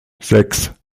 sechs